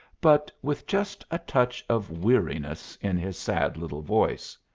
but with just a touch of weariness in his sad little voice.